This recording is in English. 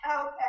Okay